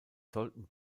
sollten